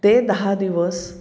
ते दहा दिवस